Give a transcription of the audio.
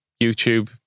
YouTube